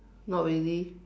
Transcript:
not really